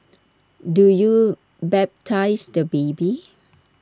do you baptise the baby